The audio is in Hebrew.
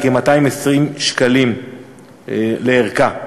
היא כ-220 שקלים לערכה.